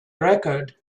record